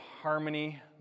harmony